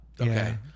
Okay